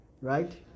Right